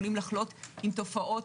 יכולים לחלות עם תופעות